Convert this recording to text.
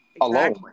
alone